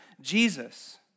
Jesus